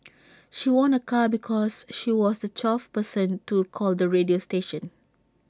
she won A car because she was the twelfth person to call the radio station